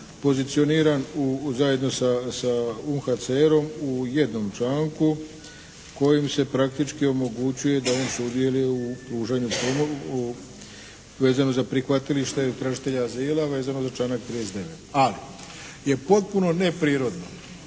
pozicioniran u, zajedno sa UNHCR-om u jednom članku kojim se praktički omogućuje da on sudjeluje u pružanju pomoći, vezano za prihvatilište tražitelja azila, vezano za članak 39., ali je potpuno neprirodno.